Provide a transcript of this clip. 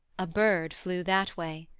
a bird flew that way!